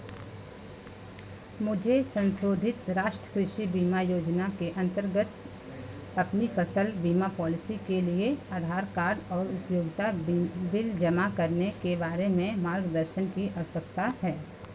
मुझे संशोधित राष्ट्र कृषि बीमा योजना के अन्तर्गत अपनी फ़सल बीमा पॉलिसी के लिए आधार कार्ड और उपयोगिता बिल बिल जमा करने के बारे में मार्गदर्शन की आवश्यकता है